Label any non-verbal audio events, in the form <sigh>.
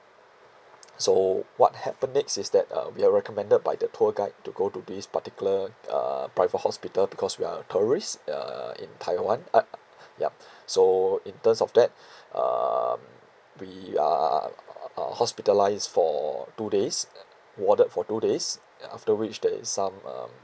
so what happen next is that uh we are recommended by the tour guide to go to this particular uh private hospital because we are tourist uh in taiwan uh yup so in terms of that <breath> um we uh uh uh hospitalised for two days and warded for two days after which there is some um